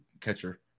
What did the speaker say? catcher